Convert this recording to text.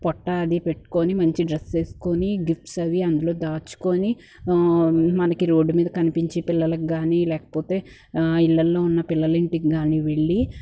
పొట్ట అది పెట్కొని మంచి డ్రెస్ వేసుకొని గిఫ్ట్స్ అవి అందులో దాచుకొని మనకి రోడ్డు మీద కనిపించే పిల్లలకి కాని లేకపోతే ఇళ్ళల్లో ఉన్న పిల్లలింటికి కాని వెళ్ళి